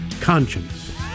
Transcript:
Conscience